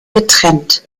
getrennt